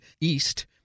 east